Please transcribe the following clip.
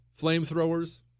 flamethrowers